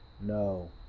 no